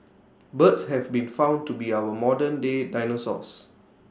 birds have been found to be our modernday dinosaurs